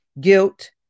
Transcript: guilt